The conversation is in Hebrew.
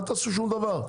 אל תעשו שום דבר,